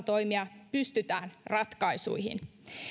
toimia pystytään ratkaisuihin